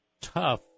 tough